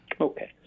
Okay